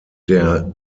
der